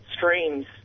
streams